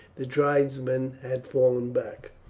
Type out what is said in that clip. the tribesmen had fallen back.